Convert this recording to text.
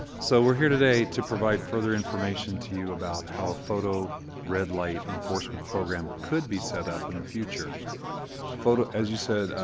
so we're here today to provide further information to you about how a photo red light enforcement program could be setup in the future as you said,